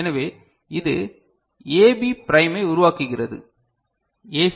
எனவே இது ஏபி பிரைமை உருவாக்குகிறது ஏ